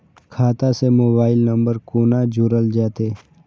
खाता से mobile number कोना जोरल जेते?